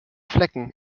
flecken